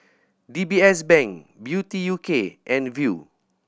D B S Bank Beauty U K and Viu